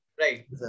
right